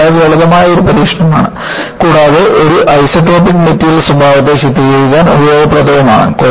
ഇത് വളരെ ലളിതമായ ഒരു പരീക്ഷണമാണ് കൂടാതെ ഒരു ഐസോട്രോപിക് മെറ്റീരിയൽ സ്വഭാവത്തെ ചിത്രീകരിക്കാൻ ഉപയോഗപ്രദവുമാണ്